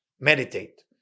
Meditate